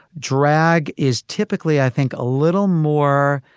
drag is typically, i think, a little more.